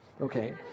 Okay